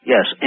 Yes